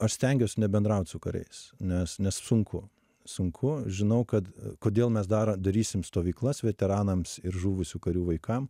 aš stengiuos nebendraut su kariais nes nes sunku sunku žinau kad kodėl mes dar darysim stovyklas veteranams ir žuvusių karių vaikam